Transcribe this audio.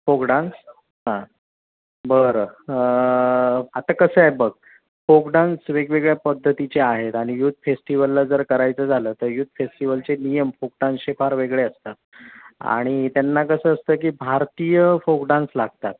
folk dance बरं आता कसं आहे बघ फोक डान्स वेगवेगळ्या पद्धतीचे आहेत आणि यूथ फेस्टिवलला जर करायचं झालं तर युथ फेस्टिवलचे नियम फोक डान्सचे फार वेगळे असतात आणि त्यांना कसं असतं की भारतीय फोक डान्स लागतात